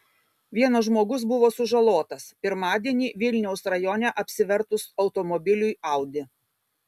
vienas žmogus buvo sužalotas pirmadienį vilniaus rajone apsivertus automobiliui audi